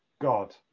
God